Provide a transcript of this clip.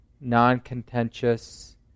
non-contentious